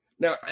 Now